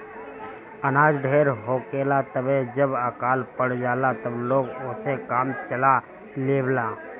अनाज ढेर होखेला तबे त जब अकाल पड़ जाला त लोग ओसे काम चला लेवेला